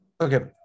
Okay